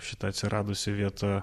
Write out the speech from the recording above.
šita atsiradusi vieta